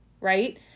right